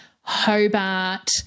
Hobart